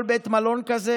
כל בית מלון כזה